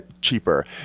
cheaper